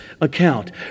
account